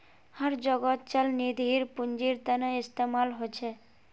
हर जोगोत चल निधिर पुन्जिर तने इस्तेमाल होचे